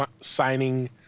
signing